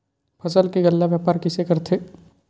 फसल के गल्ला व्यापार कइसे करथे?